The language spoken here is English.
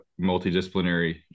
multidisciplinary